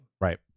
Right